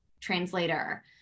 translator